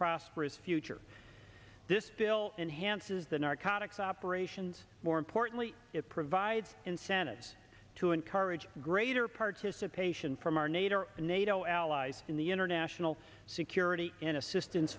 prosperous future this bill inhance is the narcotics operations more importantly it provides incentives to encourage greater participation from our nadir and nato allies in the international security and assistan